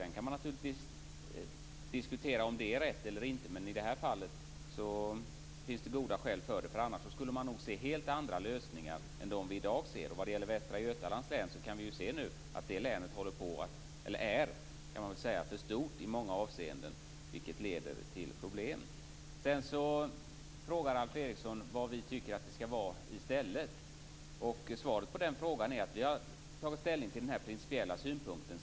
Sedan kan man naturligtvis diskutera om det är rätt eller inte, men i det här fallet finns det goda skäl för det. Annars skulle man nog se helt andra lösningar än dem vi i dag ser. Vad gäller Västra Götalands län kan vi se nu att det länet i många avseenden är för stort, vilket leder till problem. Alf Eriksson frågar vad vi tycker att det skall vara i stället. Svaret på den frågan är att vi har tagit ställning till den principiella synpunkten.